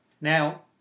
Now